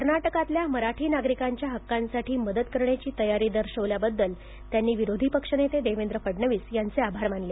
कर्नाटकातल्या मराठी नागरिकांच्या हक्कांसाठी मदत करण्याची तयारी दर्शवल्याबद्दल त्यांनी विरोधी पक्षनेते देवेंद्र फडणवीस यांचे आभार मानले